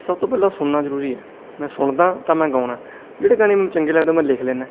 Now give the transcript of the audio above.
ਸਭ ਤੋਂ ਪਹਿਲਾਂ ਸੁਣਨਾ ਜ਼ਰੂਰੀ ਹੈ ਮੈਂ ਸੁਣਦਾ ਤਾਂ ਮੈਂ ਗਾਉਨਾ ਜਿਹੜੇ ਗਾਣੇ ਮੈਨੂੰ ਚੰਗੇ ਲੱਗਦਾ ਉਹ ਮੈਂ ਲਿਖ ਲੈਂਦਾ